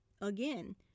Again